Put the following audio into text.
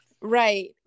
right